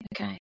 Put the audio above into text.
Okay